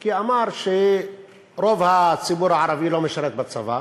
כי הוא אמר שרוב הציבור הערבי לא משרת בצבא,